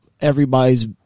everybody's